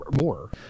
more